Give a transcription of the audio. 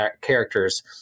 characters